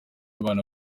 abana